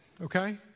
okay